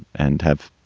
and have.